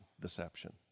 deception